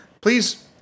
Please